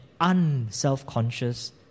unselfconscious